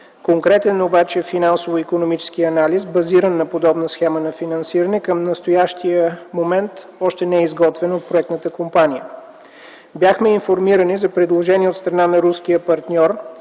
Конкретен обаче финансово-икономически анализ, базиран на подобна схема на финансиране, към настоящия момент още не е изготвен от проектната компания. Бяхме информирани за предложение от страна на руския партньор